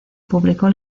publicó